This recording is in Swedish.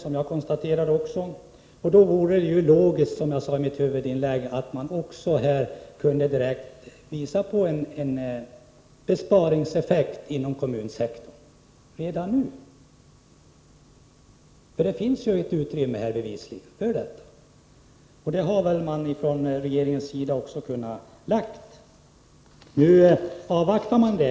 Det konstaterade jag också, och då vore det ju logiskt, som jag sade i mitt huvudinlägg, att man kunde visa direkt på en besparingseffekt inom kommunsektorn redan nu. Det finns bevisligen ett utrymme för sådant, och det hade väl regeringen också kunnat ta fasta på. Nu avvaktar man.